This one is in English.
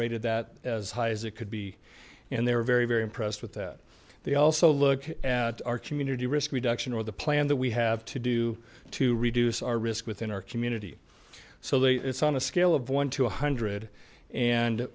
rated that as high as it could be in their very very impressed with that they also look at our community risk reduction or the plan that we have to do to reduce our risk within our community so that it's on a scale of one to one hundred and